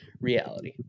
reality